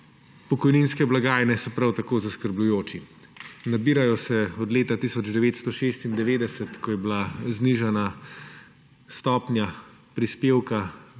pokojninske blagajne so prav tako zaskrbljujoči. Nabirajo se od leta 1996, ko je bila znižana stopnja prispevka